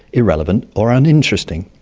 irrelevant or uninteresting.